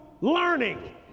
learning